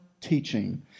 teaching